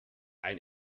ein